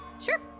Sure